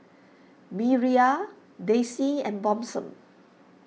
Miriah Dayse and Blossom